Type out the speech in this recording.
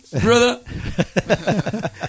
brother